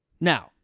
Now